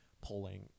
polling